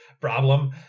problem